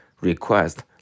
request